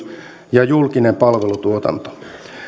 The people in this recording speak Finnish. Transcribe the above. ja julkinen palvelutuotanto